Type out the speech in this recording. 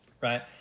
right